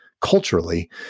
culturally